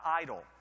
idol